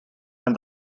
and